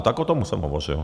Tak o tom jsem hovořil.